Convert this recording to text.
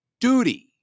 duty